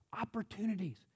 opportunities